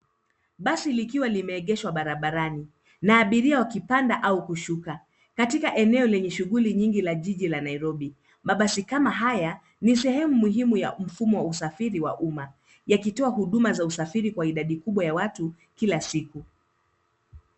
Basi likiwa limeegeshwa barabarani na abiria wakipanda au kushuka. Katika eneo lenye shughuli nyingi ya jiji la Nairobi. Mabasi kama haya ni sehemu muhimu ya mfumo wa usafiri wa umma yakitoa huduma za usafiri kwa idadi kubwa ya watu kila siku.